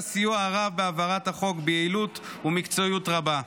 הסיוע הרב בהעברת החוק ביעילות ובמקצועיות רבה.